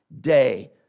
day